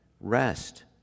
rest